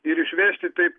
ir išvežti taip